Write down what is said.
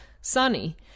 sunny